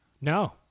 No